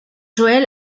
joel